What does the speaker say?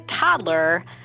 toddler